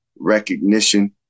recognition